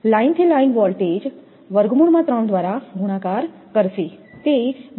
line થી line voltage દ્વારા ગુણાકાર કરશે તે 82